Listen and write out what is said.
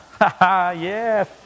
Yes